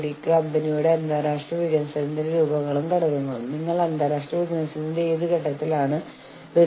കൂടാതെ കരാറിന്റെ നിബന്ധനകൾ നിങ്ങൾക്ക് മനസിലാക്കാൻ കഴിയുന്നില്ല